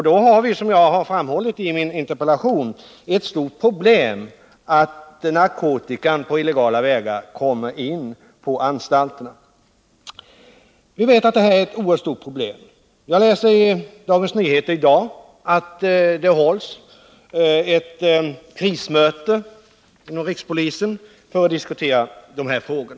Då har vi, som jag framhållit i min interpellation, ett stort problem, att narkotikan på illegala vägar kommer in på anstalterna. Vi vet att det här är ett oerhört stort problem. Jag läser i Dagens Nyheter i dag att det hålls ett krismöte inom rikspolisen för att diskutera dessa frågor.